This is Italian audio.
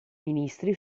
ministri